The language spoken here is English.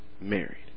married